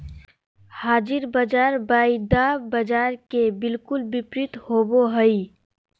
हाज़िर बाज़ार वायदा बाजार के बिलकुल विपरीत होबो हइ